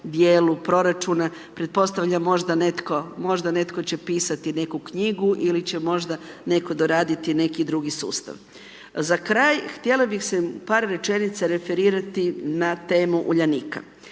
djelu proračuna, pretpostavljam možda netko će pisati neku knjigu ili će možda netko doraditi neki drugi sustav. Za kraj htjela bih se par rečenica referirati na temu Uljanika.